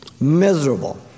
Miserable